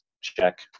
check